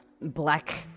Black